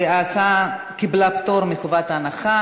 ההצעה קיבלה פטור מחובת ההנחה.